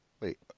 Wait